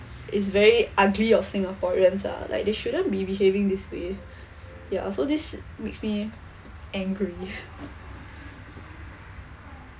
is very ugly of singaporeans ah like they shouldn't be behaving this way ya so this makes me angry